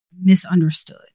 misunderstood